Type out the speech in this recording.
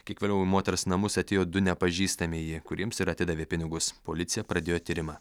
kiek vėliau į moters namus atėjo du nepažįstamieji kuriems ir atidavė pinigus policija pradėjo tyrimą